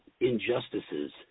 injustices